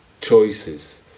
choices